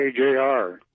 KJR